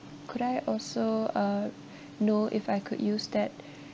could I also err know if I could use that